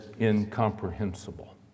incomprehensible